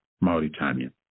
Mauritania